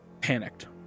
panicked